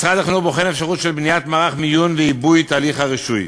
משרד החינוך בוחן אפשרות של בניית מערך מיון ועיבוי תהליך הרישוי.